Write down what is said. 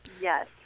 Yes